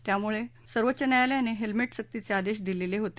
यामुळे सर्वोच्च न्यायालयाने हेल्मेट सक्तीचे आदेश दिलेले होते